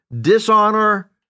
dishonor